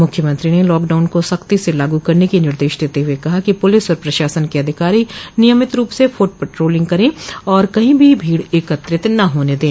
मुख्यमंत्री ने लॉकडाउन को सख्ती से लागू करने के निर्देश देते हुए कहा कि पुलिस व प्रशासन के अधिकारी नियमित रूप से फूट पेट्रोलिंग करें और कहीं भी भीड़ एकत्रित न होने दें